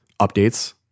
updates